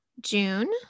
June